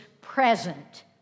present